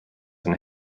and